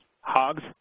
hogs